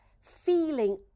feeling